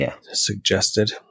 suggested